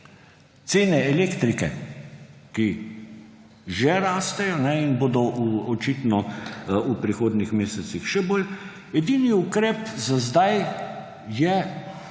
cen elektrike, ki že rastejo in bodo očitno v prihodnjih mesecih še bolj, edini ukrep za zdaj je